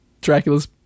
Dracula's